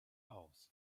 aus